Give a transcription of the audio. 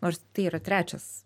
nors tai yra trečias